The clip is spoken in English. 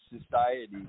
society